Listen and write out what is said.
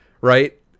right